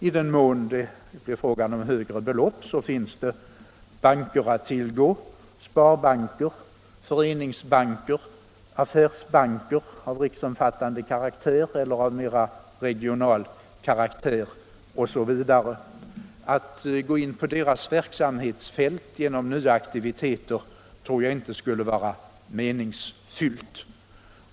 I den mån det är fråga om högre belopp finns det banker att tillgå — sparbanker, föreningsbanker, affärsbanker av riksomfattande karaktär eller av mer regional karaktär, Näringspolitiken Mindre och medelstora företag Näringspolitiken Mindre och medelstora företag 200 osv. Att gå in på deras verksamhetsfält genom nya aktiviteter tror jag inte skulle vara meningsfyllt.